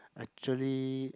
actually